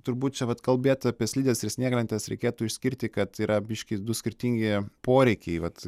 turbūt čia vat kalbėti apie slides ir snieglentes reikėtų išskirti kad yra biškį du skirtingi poreikiai vat